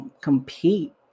compete